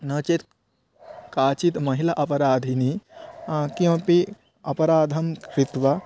नो चेत् काचित् महिला अपराधिनि किमपि अपराधं कृत्वा